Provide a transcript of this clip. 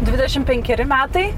dvidešimt penkeri metai